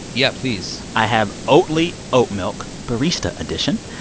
yeah, please i have oatly oatmilk barista edition.